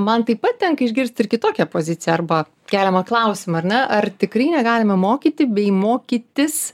man taip pat tenka išgirsti ir kitokią poziciją arba keliamą klausimą ar ne ar tikrai negalime mokyti bei mokytis